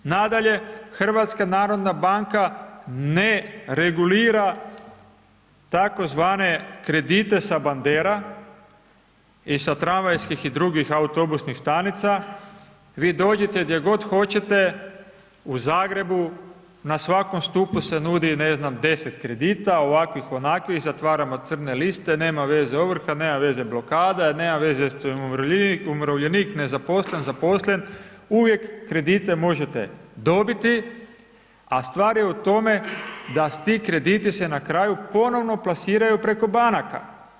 Nadalje HNB ne regulira tzv. kredite sa bandera i sa tramvajskih i drugih autobusnih stanica, vi dođete gdje god hoćete, u Zagrebu, na svakom stupu se nudi, ne znam, 10 kredita, ovakvih, onakvih, zatvaramo crne liste, nema veze ovrha, nema veze blokada nema veze što je umirovljenik nezaposlen, zaposlen, uvijek kredite možete dobiti, a stvar je u tome, da ti krediti se na kraju se ponovno plasiraju preko banka.